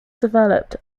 developed